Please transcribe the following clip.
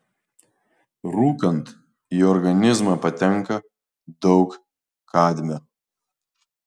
rūkant į organizmą patenka daug kadmio